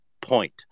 point